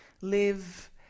live